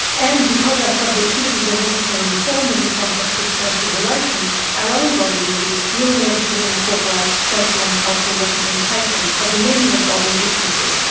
and because our subjectivities are necessarily formed in the context of social relations, our own body images will inevitably incorporate social and cultural representations of the meaning of bodily differences,